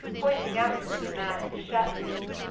pointing out to me a man in his shirt-sleeves,